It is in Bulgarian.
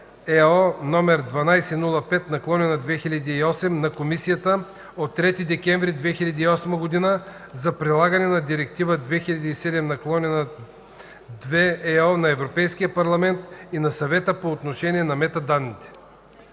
№ 1205/2008 на Комисията от 3 декември 2008 г. за прилагане на Директива 2007/2/ЕО на Европейския парламент и на Съвета по отношение на метаданните”.”